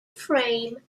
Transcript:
frame